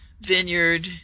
Vineyard